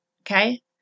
okay